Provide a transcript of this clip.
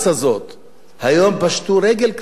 היום קרנות הפנסיה פשטו רגל, כי אין עובדים,